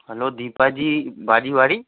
हलो दीपा जी भाॼी वारी